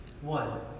One